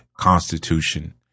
constitution